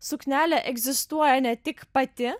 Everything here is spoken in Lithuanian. suknelė egzistuoja ne tik pati